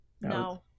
no